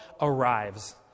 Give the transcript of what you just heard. arrives